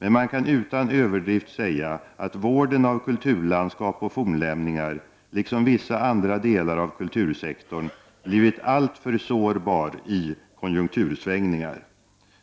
Men man kan utan överdrift säga att vården av kulturlandskap och fornlämningar — liksom vissa andra delar av kultursektorn — blivit alltför sårbar i konjunktursvängningarna.